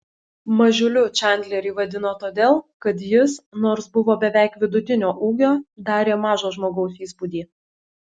mažiuliu čandlerį vadino todėl kad jis nors buvo beveik vidutinio ūgio darė mažo žmogaus įspūdį